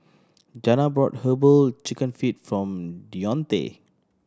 Janna brought Herbal Chicken Feet for Dionte